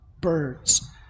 birds